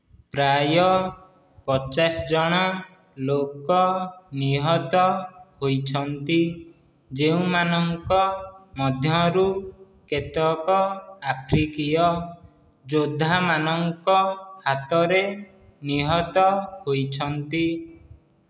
ପ୍ରାୟ ପଚାଶ ଜଣ ଲୋକ ନିହତ ହୋଇଛନ୍ତି ଯେଉଁମାନଙ୍କ ମଧ୍ୟରୁ କେତେକ ଆଫ୍ରିକୀୟ ଯୋଦ୍ଧାମାନଙ୍କ ହାତରେ ନିହତ ହୋଇଛନ୍ତି